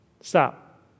Stop